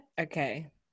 Okay